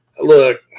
Look